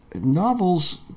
novels